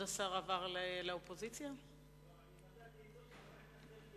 כמו לכולם.